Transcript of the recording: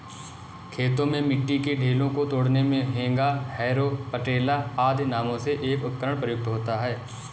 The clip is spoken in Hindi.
खेतों में मिट्टी के ढेलों को तोड़ने मे हेंगा, हैरो, पटेला आदि नामों से एक उपकरण प्रयुक्त होता है